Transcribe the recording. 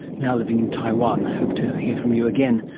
now living in taiwan. hope to hear from you again.